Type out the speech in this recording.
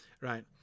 Right